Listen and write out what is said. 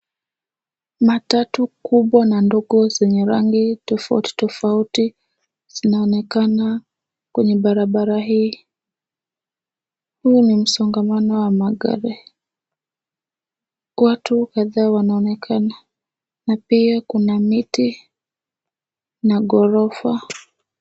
Matatu kubwa na ndogo zenye rangi tofauti tofauti zinaonekana kwenye barabara hii. Huu ni msongamano wa magari. Watu kadhaa wanaonekana na pia kuna miti na ghorofa.